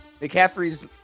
McCaffrey's